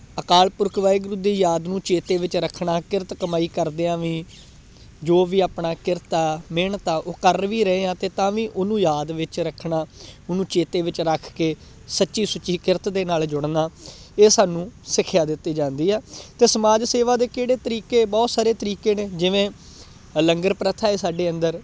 ਅਕਾਲ ਪੁਰਖ ਵਾਹਿਗੁਰੂ ਦੀ ਯਾਦ ਨੂੰ ਚੇਤੇ ਵਿੱਚ ਰੱਖਣਾ ਕਿਰਤ ਕਮਾਈ ਕਰਦਿਆਂ ਵੀ ਜੋ ਵੀ ਆਪਣਾ ਕਿਰਤ ਆ ਮਿਹਨਤ ਆ ਉਹ ਕਰ ਵੀ ਰਹੇ ਆ ਅਤੇ ਤਾਂ ਵੀ ਉਹਨੂੰ ਯਾਦ ਵਿੱਚ ਰੱਖਣਾ ਉਹਨੂੰ ਚੇਤੇ ਵਿੱਚ ਰੱਖ ਕੇ ਸੱਚੀ ਸੁੱਚੀ ਕਿਰਤ ਦੇ ਨਾਲ ਜੁੜਨਾ ਇਹ ਸਾਨੂੰ ਸਿੱਖਿਆ ਦਿੱਤੀ ਜਾਂਦੀ ਆ ਅਤੇ ਸਮਾਜ ਸੇਵਾ ਦੇ ਕਿਹੜੇ ਤਰੀਕੇ ਬਹੁਤ ਸਾਰੇ ਤਰੀਕੇ ਨੇ ਜਿਵੇਂ ਲੰਗਰ ਪ੍ਰਥਾ ਏ ਸਾਡੇ ਅੰਦਰ